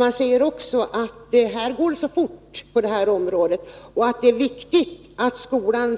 Man säger också att det går så fort på detta område att det är viktigt att skolan